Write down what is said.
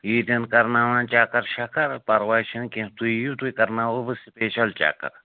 ییٖتہِ ہن کرناوان چکر شکر پَرواے چھُنہٕ کیٚنٛہہ تُہۍ یِیِو تُہۍ کرناوَو بہٕ سِپیشل چکر